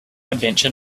adventure